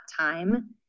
time